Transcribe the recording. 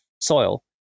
soil